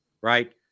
right